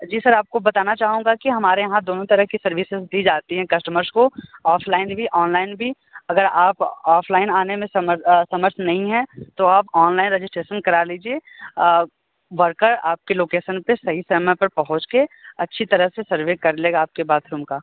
जी sir आपको बताना चाहूंगा कि हमारे यहाँ दोनों तरह की सर्विसेस दी जाती हैं कस्टमर्स को ऑफलाइन भी ऑनलाइन भी अगर आप ऑफलाइन आने में समर्थ नहीं है तो आप ऑनलाइन रेजिस्ट्रेशन करा लीजिए वर्कर आपकी लोकेशन पर सही समय पर पहुँच के अच्छी तरह से सर्वे कर लेगा आपके बाथरूम का